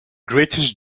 greatest